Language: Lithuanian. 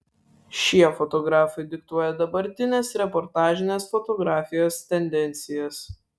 šie fotografai diktuoja dabartinės reportažinės fotografijos tendencijas